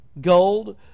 Gold